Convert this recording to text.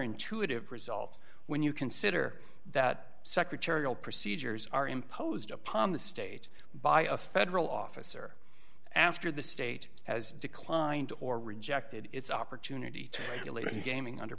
resolved when you consider that secretarial procedures are imposed upon the state by a federal officer after the state has declined or rejected its opportunity to regular gaming under